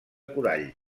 corall